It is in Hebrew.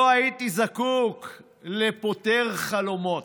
לא הייתי זקוק לפותר חלומות.